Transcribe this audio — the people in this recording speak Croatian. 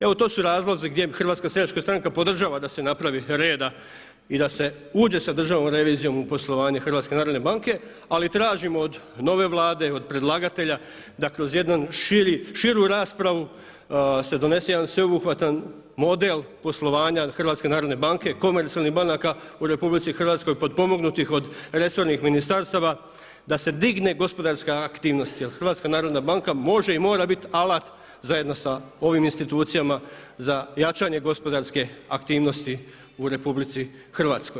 Evo, to su razlozi gdje HSS podržava da se napravi reda i da se uđe sa Državnom revizijom u poslovanje HNB-a, ali tražimo od nove Vlade, od predlagatelja da kroz jednu širu raspravu se donese jedan sveobuhvatan model poslovanja HNB-a, komercijalnih banaka u RH potpomognutih od resornih ministarstava da se digne gospodarska aktivnost jer HNB može i mora biti alat zajedno sa ovim institucijama za jačanje gospodarske aktivnosti u RH.